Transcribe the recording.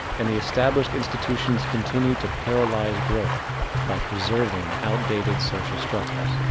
and the established institutions continue to paralyze growth by preserving outdated social structures.